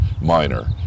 minor